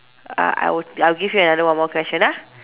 uh I will I will give you another one more question ah